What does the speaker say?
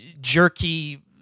jerky